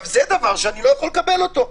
זה דבר שאני לא יכול לקבל אותו.